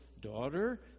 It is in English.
daughter